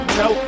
no